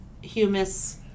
humus